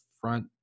front